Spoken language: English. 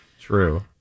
True